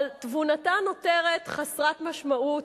אבל תבונתה נותרת חסרת משמעות,